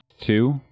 two